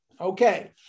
Okay